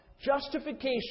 justification